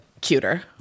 cuter